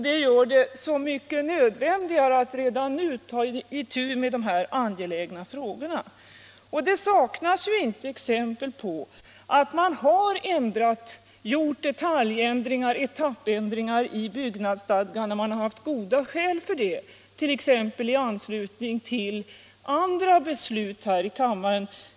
Detta gör det så mycket nödvändigare att redan nu ta itu med de här angelägna frågorna. Det saknas ju inte exempel på att man har gjort detaljändringar och etappändringar i byggnadsstadgan, när man har haft goda skäl för det, t.ex. i anslutning till olika beslut här i kammaren.